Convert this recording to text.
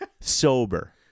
sober